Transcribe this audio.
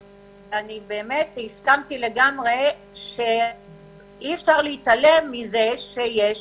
ואני באמת הסכמתי לגמרי שאי-אפשר להתעלם מזה שיש